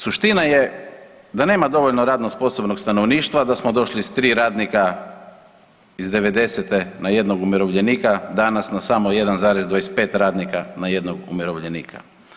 Suština je da nema dovoljno radno sposobnog stanovništva, da smo došli s 3 radnika iz '90.-te na jednog umirovljenika, danas na samo 1,25 radnika na jednog umirovljenika.